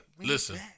listen